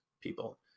people